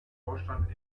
vorstand